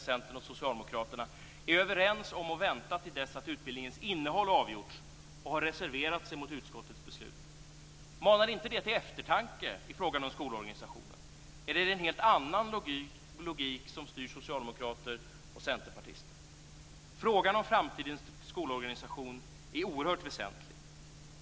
Centern och Socialdemokraterna, är överens om att vänta till dess att utbildningens innehåll avgjorts och har reserverat sig mot utskottets beslut. Manar inte det till eftertanke i fråga om skolorganisationen? Eller är det en helt annan logik som styr socialdemokrater och centerpartister? Frågan om framtidens skolorganisation är oerhört väsentlig.